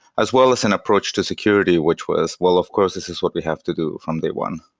as well as an approach to security, which was well, of course, this is what we have to do from day one.